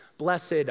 Blessed